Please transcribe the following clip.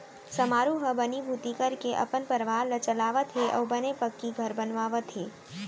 समारू ह बनीभूती करके अपन परवार ल चलावत हे अउ बने पक्की घर बनवावत हे